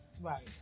Right